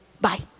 bye